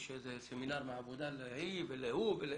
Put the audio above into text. יש איזה סמינר מהעבודה להיא ולהוא, שיכבדו.